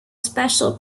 special